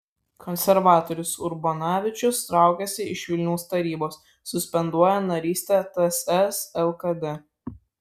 konservatorius urbonavičius traukiasi iš vilniaus tarybos suspenduoja narystę ts lkd